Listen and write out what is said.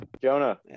Jonah